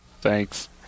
Thanks